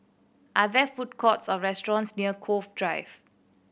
are there food courts or restaurants near Cove Drive